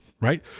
right